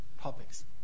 topics